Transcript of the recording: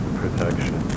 protection